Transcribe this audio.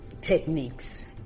techniques